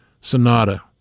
Sonata